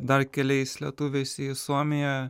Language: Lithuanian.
dar keliais lietuviais į suomiją